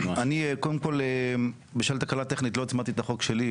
קודם כל בשל תקלה טכנית לא הצמדתי את החוק שלי,